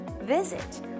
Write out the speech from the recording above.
visit